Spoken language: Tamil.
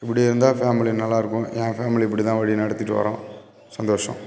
இப்படி இருந்தால் ஃபேமிலி நல்லாயிருக்கும் என் ஃபேமிலி இப்படி தான் வழி நடத்திகிட்டு வரோம் சந்தோஷம்